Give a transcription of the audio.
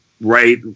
right